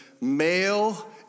Male